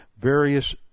various